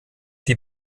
die